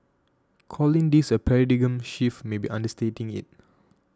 calling this a paradigm shift may be understating it